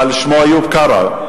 אבל שמו איוב קרא,